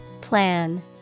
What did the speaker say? Plan